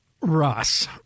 Ross